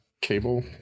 cable